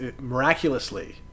Miraculously